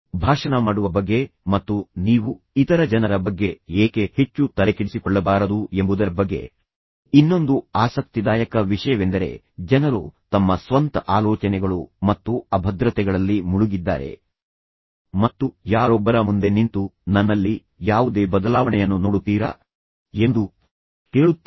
ಭಾಷಣ ಮಾಡುವ ಬಗ್ಗೆ ಮತ್ತು ನೀವು ಇತರ ಜನರ ಬಗ್ಗೆ ಏಕೆ ಹೆಚ್ಚು ತಲೆಕೆಡಿಸಿಕೊಳ್ಳಬಾರದು ಎಂಬುದರ ಬಗ್ಗೆ ಇನ್ನೊಂದು ಆಸಕ್ತಿದಾಯಕ ವಿಷಯವೆಂದರೆ ಜನರು ತಮ್ಮ ಸ್ವಂತ ಆಲೋಚನೆಗಳು ಮತ್ತು ಅಭದ್ರತೆಗಳಲ್ಲಿ ಮುಳುಗಿದ್ದಾರೆ ಮತ್ತು ಯಾರೊಬ್ಬರ ಮುಂದೆ ನಿಂತು ನನ್ನಲ್ಲಿ ಯಾವುದೇ ಬದಲಾವಣೆಯನ್ನು ನೋಡುತ್ತೀರಾ ಎಂದು ಕೇಳುತ್ತೀರಿ